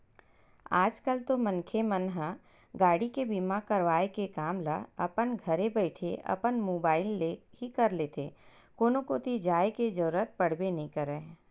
आज कल तो मनखे मन ह गाड़ी के बीमा करवाय के काम ल अपन घरे बइठे अपन मुबाइल ले ही कर लेथे कोनो कोती जाय के जरुरत पड़बे नइ करय